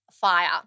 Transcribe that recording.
fire